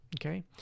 okay